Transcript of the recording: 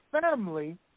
family